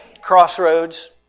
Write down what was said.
crossroads